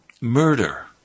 Murder